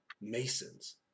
Masons